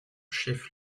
chef